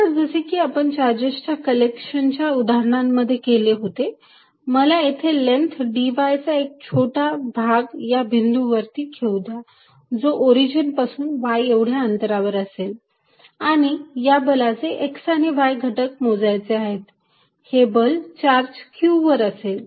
नंतर जसे की आपण चार्जेस च्या कलेक्शनच्या उदाहरणांमध्ये केले होते मला येथे लेन्थ dy चा एक छोटा भाग या बिंदू वरती घेऊ द्या जो ओरिजिन पासून y एवढ्या अंतरावर असेल आणि या बलाचे x आणि y घटक मोजायचे आहेत हे बल चार्ज q वर असेल